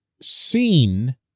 seen